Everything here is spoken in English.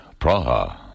Praha